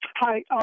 Hi